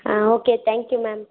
ಹಾಂ okay thank you ma'am